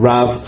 Rav